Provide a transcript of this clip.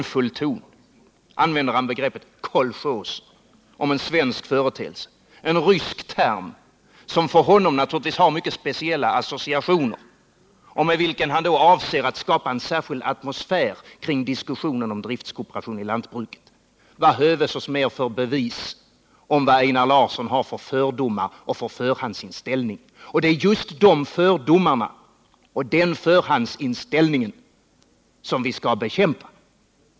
I hånfull ton använder han begreppet kolchoser om en svensk företeelse — en rysk term som för Einar Larsson naturligtvis ger mycket speciella associationer och med vilken han avser att skapa en särskild atmosfär kring diskussionen om driftkooperation i jordbruket. Vad höves oss mer till bevis om Einar Larssons fördomar och förhandsinställning! Och det är just de fördomarna och den förhandsinställningen som vi skall bekämpa.